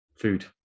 food